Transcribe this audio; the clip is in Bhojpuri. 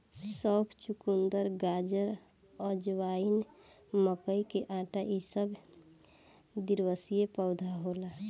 सौंफ, चुकंदर, गाजर, अजवाइन, मकई के आटा इ सब द्विवर्षी पौधा होला